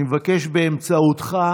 אני מבקש באמצעותך,